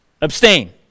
Abstain